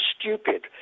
stupid